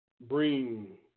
bring